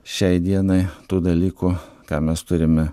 šiai dienai to dalyko ką mes turime